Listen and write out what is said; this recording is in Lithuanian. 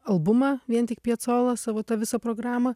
albumą vien tik piacola savo tą visą programą